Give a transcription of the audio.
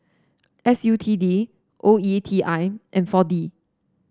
S U T D O E T I and four D